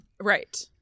Right